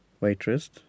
waitress